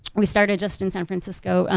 we started just in san francisco.